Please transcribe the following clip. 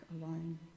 alone